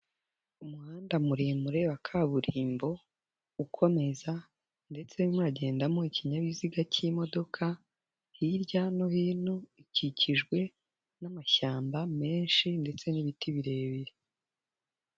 Umuhanda muremure wa kaburimbo ukomeza ndetse urimo uragendamo ikinyabiziga k'imodoka hirya no hino, ukikijwe n'amashyamba menshi ndetse n'ibiti birebire.